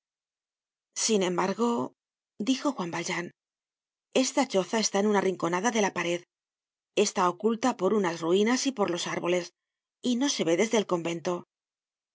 sin embargo dijo juan valjean esta choza está en una rinconada de la pared está oculta por unas ruinas y por los árboles y no se ve desde el convento